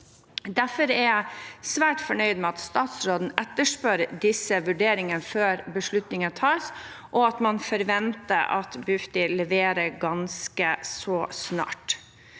Derfor er jeg svært fornøyd med at statsråden etterspør disse vurderingene før beslutningen tas, og at man forventer at Bufdir leverer ganske så snart.